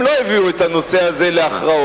הם לא הביאו את הנושא הזה להכרעות.